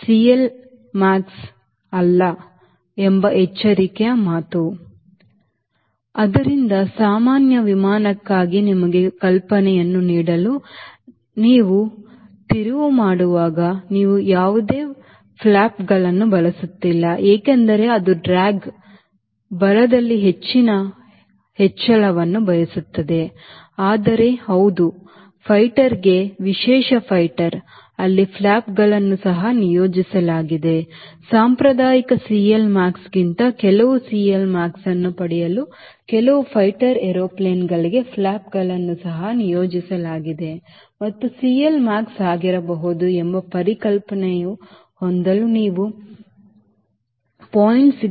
C L max ಅಲ್ಲ ಎಂಬ ಎಚ್ಚರಿಕೆಯ ಮಾತು ಆದ್ದರಿಂದ ಸಾಮಾನ್ಯ ವಿಮಾನಕ್ಕಾಗಿ ನಿಮಗೆ ಕಲ್ಪನೆಯನ್ನು ನೀಡಲು ನೀವು ತಿರುವು ಮಾಡುವಾಗ ನೀವು ಯಾವುದೇ ಫ್ಲಾಪ್ಗಳನ್ನು ಬಳಸುತ್ತಿಲ್ಲ ಏಕೆಂದರೆ ಅದು ಡ್ರ್ಯಾಗ್ ಬಲದಲ್ಲಿ ಹೆಚ್ಚಿನ ಹೆಚ್ಚಳವನ್ನು ಬಯಸುತ್ತದೆ ಆದರೆ ಹೌದು ಫೈಟರ್ಗೆ ವಿಶೇಷ ಫೈಟರ್ ಅಲ್ಲಿ ಫ್ಲಾಪ್ಗಳನ್ನು ಸಹ ನಿಯೋಜಿಸಲಾಗಿದೆ ಸಾಂಪ್ರದಾಯಿಕ CLmaxಗಿಂತ ಕೆಲವು CLmax ಅನ್ನು ಪಡೆಯಲು ಕೆಲವು ಫೈಟರ್ ಏರ್ಪ್ಲೇನ್ಗಳಿಗೆ ಫ್ಲಾಪ್ಗಳನ್ನು ಸಹ ನಿಯೋಜಿಸಲಾಗಿದೆ ಮತ್ತು CLmax ಆಗಿರಬಹುದು ಎಂಬ ಕಲ್ಪನೆಯನ್ನು ಹೊಂದಲು ನೀವು 0